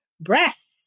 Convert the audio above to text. breasts